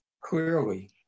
Clearly